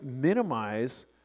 minimize